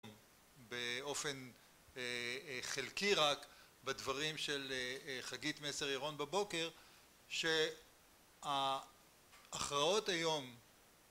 באופן חלקי רק, בדברים של חגית מסר ירון בבוקר שההכרעות היום